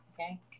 Okay